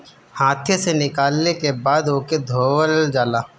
हाथे से निकलले के बाद ओके धोवल जाला